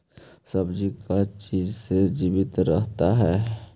सब्जी का चीज से जीवित रहता है?